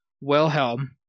Wilhelm